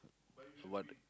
what